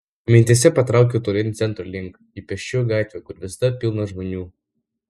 mintyse patraukiau tolyn centro link į pėsčiųjų gatvę kur visada pilna žmonių